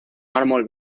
mármol